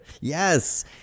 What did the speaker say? Yes